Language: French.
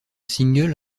single